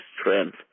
strength